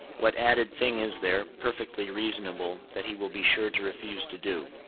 what added thing is there, perfectly reasonable, that he will be sure to refuse to do?